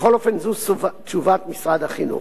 בכל אופן, זו תשובת משרד החינוך.